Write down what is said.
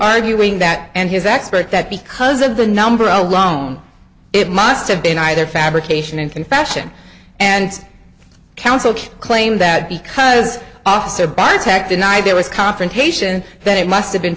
arguing that and his expert that because of the number alone it must have been either fabrication and confession and counsel claimed that because officer biotech deny there was confrontation that it must have been